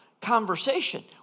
conversation